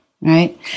Right